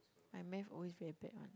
my Math always very bad one